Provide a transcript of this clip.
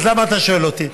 אז למה אתה שואל אותי?